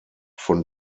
von